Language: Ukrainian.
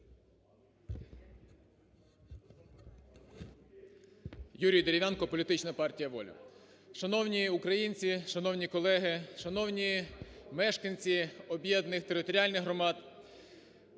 Юрій Дерев'янко, політична партія "Воля". Шановні українці, шановні колеги, шановні мешканці об'єднаних територіальних громад!